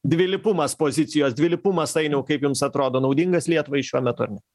dvilypumas pozicijos dvilypumas ainiau kaip jums atrodo naudingas lietuvai šiuo metu ar ne